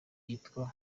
yitwa